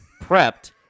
prepped